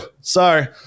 Sorry